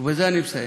ובזה אני מסיים.